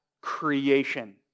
creation